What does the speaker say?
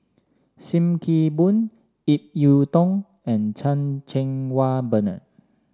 Sim Kee Boon Ip Yiu Tung and Chan Cheng Wah Bernard